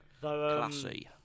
Classy